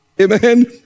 Amen